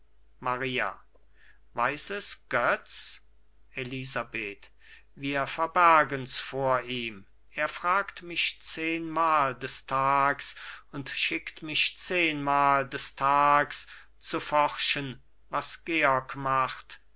maria weiß es götz elisabeth wir verbergen's vor ihm er fragt mich zehnmal des tags und schickt mich zehnmal des tags zu forschen was georg macht